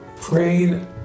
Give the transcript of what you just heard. Praying